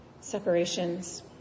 separations